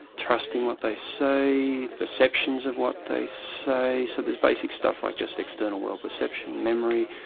trusting what they say, perceptions of what they say, so there's basic stuff like just external world perception, memory.